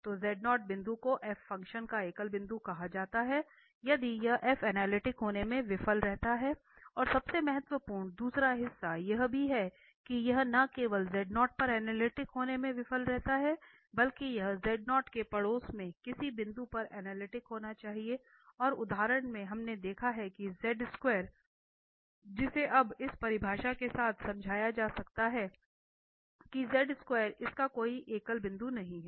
तो बिंदु को f फ़ंक्शन का एकल बिंदु कहा जाता है यदि यह f अनलिटिक होने में विफल रहता है और सबसे महत्वपूर्ण दूसरा हिस्सा यह भी है कि यह न केवल पर अनलिटिक होने में विफल हो रहा है बल्कि यह के पड़ोस में किसी बिंदु पर अनलिटिक होना चाहिए और उदाहरण में हमने देखा है जिसे अब इस परिभाषा के साथ समझाया जा सकता है कि इसका कोई एकल बिंदु नहीं है